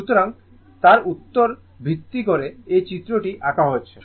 সুতরাং তার উপর ভিত্তি করে এই চিত্রটি আঁকা হয়েছে